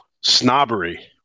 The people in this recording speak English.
snobbery